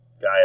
guy